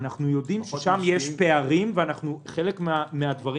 אנחנו יודעים ששם יש פערים וחלק מהדברים